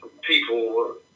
People